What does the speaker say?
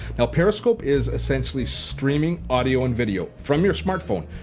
now periscope is essentially streaming audio and video from your smartphone.